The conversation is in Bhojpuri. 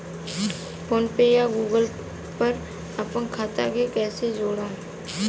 फोनपे या गूगलपे पर अपना खाता के कईसे जोड़म?